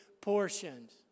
portions